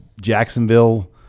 Jacksonville